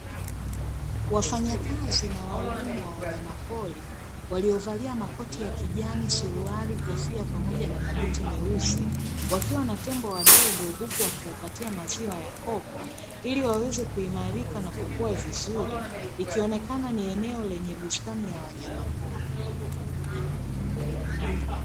Wafanyakazi na wauhudumu wa wanyama pori waliovalia makoti ya kijani, suruali, kofia pamoja na mabuti meusi wakiwa na tembo wadogo huku wakiwapatia maziwa ya kopo ili waweze kuimarika na kukua vizuri ikionekana ni eneo lenye bustani ya wanyama pori.